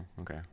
okay